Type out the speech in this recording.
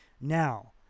Now